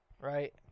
Right